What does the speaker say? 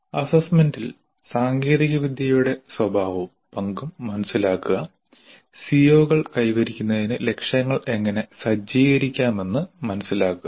അസസ്മെന്റിൽ സാങ്കേതികവിദ്യയുടെ സ്വഭാവവും പങ്കും മനസിലാക്കുക സിഒകൾ കൈവരിക്കുന്നതിന് ലക്ഷ്യങ്ങൾ എങ്ങനെ സജ്ജീകരിക്കാമെന്ന് മനസിലാക്കുക